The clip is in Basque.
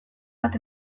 bat